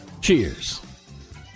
Cheers